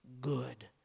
Good